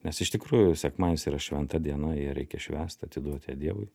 nes iš tikrųjų sekmadienis yra šventa diena ją reikia švęst atiduot ją dievui